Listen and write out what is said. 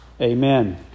Amen